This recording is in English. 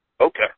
Okay